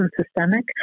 systemic